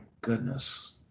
goodness